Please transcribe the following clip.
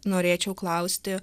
norėčiau klausti